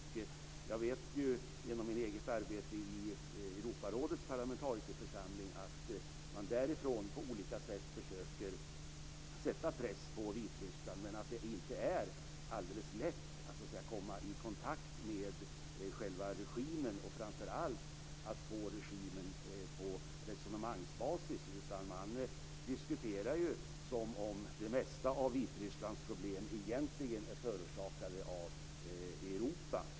Jag vet ju, genom mitt eget arbete i Europarådets parlamentarikerförsamling, att man därifrån på olika sätt försöker sätta press på Vitryssland, men att det inte är alldeles lätt att komma i kontakt med själva regimen och framför allt få regimen på resonemangsbasis. Man diskuterar ju som om det mesta av Vitrysslands problem egentligen är förorsakade av Europa.